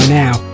now